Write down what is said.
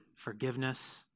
Forgiveness